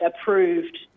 approved